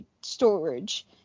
storage